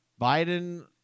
Biden